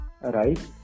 right